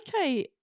okay